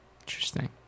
Interesting